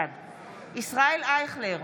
ישראל אייכלר,